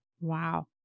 Wow